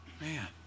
Man